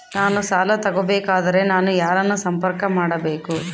ನಾನು ಸಾಲ ತಗೋಬೇಕಾದರೆ ನಾನು ಯಾರನ್ನು ಸಂಪರ್ಕ ಮಾಡಬೇಕು?